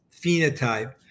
phenotype